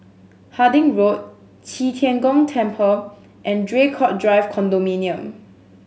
Harding Road Qi Tian Gong Temple and Draycott Drive Condominium